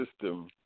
system